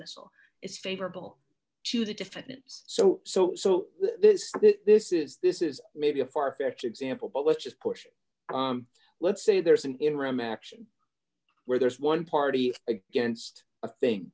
dismissal is favorable to the defendants so so so this is this is maybe a far fetched example but let's just push let's say there's an interim action where there's one party against a thing